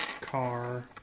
car